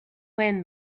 when